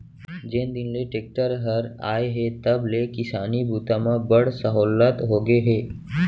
जेन दिन ले टेक्टर हर आए हे तब ले किसानी बूता म बड़ सहोल्लत होगे हे